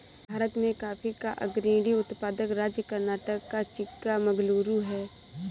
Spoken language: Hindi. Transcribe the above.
भारत में कॉफी का अग्रणी उत्पादक राज्य कर्नाटक का चिक्कामगलूरू है